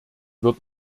wird